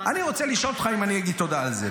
אני רוצה לשאול אותך אם אני אגיד תודה על זה,